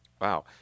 Wow